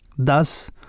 Thus